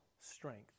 strength